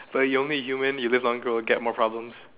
but you're only a human you live longer you'll get more problems